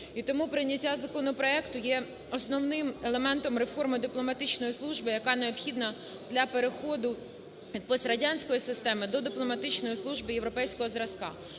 І тому прийняття законопроекту є основним елементом реформи дипломатичної служби, яка необхідна для переходу від пострадянської системи до дипломатичної служби європейського зразка.